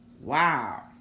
Wow